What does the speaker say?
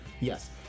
Yes